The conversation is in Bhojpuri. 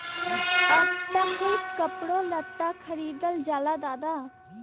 अब त कुल कपड़ो लत्ता खरीदल जाला दादा